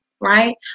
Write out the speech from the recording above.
right